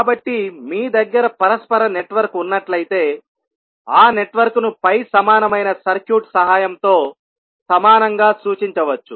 కాబట్టి మీ దగ్గర పరస్పర నెట్వర్క్ ఉన్నట్లయితే ఆ నెట్వర్క్ ను పై సమానమైన సర్క్యూట్ సహాయంతో సమానంగా సూచించవచ్చు